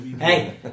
Hey